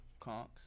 Conks